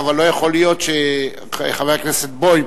אבל לא יכול להיות שחבר הכנסת בוים,